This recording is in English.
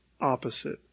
opposite